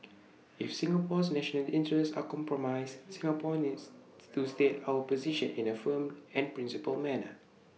if Singapore's national interests are compromised Singapore needs to state our position in A firm and principled manner